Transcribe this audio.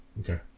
Okay